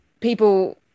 people